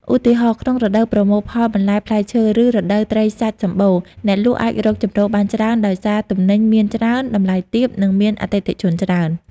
ឧទាហរណ៍ ក្នុងរដូវប្រមូលផលបន្លែផ្លែឈើ ឬរដូវត្រីសាច់សំបូរ អ្នកលក់អាចរកចំណូលបានច្រើនដោយសារទំនិញមានច្រើន តម្លៃទាប និងមានអតិថិជនច្រើន។